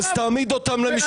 אז תעמיד אותם למשפט.